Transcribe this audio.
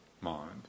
mind